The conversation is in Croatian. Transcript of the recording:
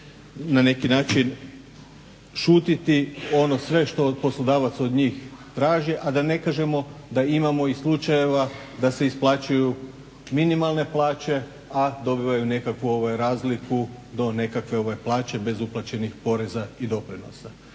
na neki način šutjeti, ono sve što poslodavac od njih traži, a da ne kažemo da imamo i slučajeva da se isplaćuju minimalne plaće, a dobivaju nekakvu razliku do nekakve plaće bez uplaćenih poreza i doprinosa.